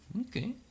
Okay